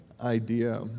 idea